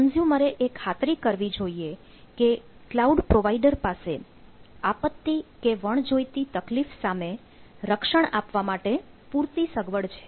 કન્ઝ્યુમરે એ ખાતરી કરવી જોઈએ કે ક્લાઉડ પ્રોવાઇડર પાસે આપત્તિ કે વણજોઈતી તકલીફ સામે રક્ષણ આપવા માટે પૂરતી સગવડ છે